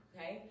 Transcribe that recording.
Okay